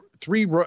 three